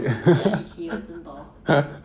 ya if he wasn't thor